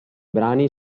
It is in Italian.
brani